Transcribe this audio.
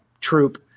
troop